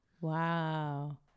Wow